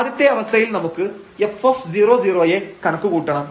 ആദ്യത്തെ അവസ്ഥയിൽ നമുക്ക് f00 യെ കണക്ക് കൂട്ടണം